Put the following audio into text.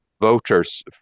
voters